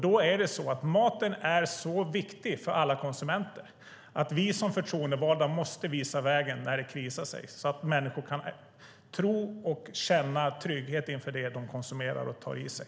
Då är det så, därför att maten är så viktig för alla konsumenter, att vi som förtroendevalda måste visa vägen när det krisar så att människor kan tro på och känna trygghet inför det de konsumerar och får i sig.